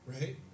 right